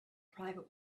private